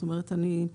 זאת אומרת, אני,